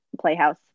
playhouse